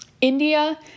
India